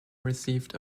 received